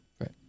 right